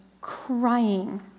crying